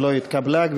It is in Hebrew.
לא נתקבלה.